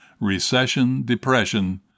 recession-depression